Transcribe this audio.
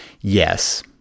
Yes